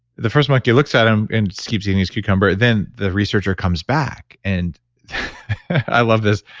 the first monkey looks at him and just keeps eating his cucumber. then, the researcher comes back and i love this.